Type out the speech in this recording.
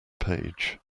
page